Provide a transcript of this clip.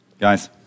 Guys